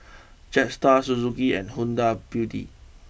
Jetstar Suzuki and Huda Beauty